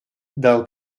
del